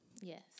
Yes